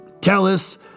Tellus